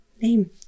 name